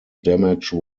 damage